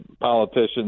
politicians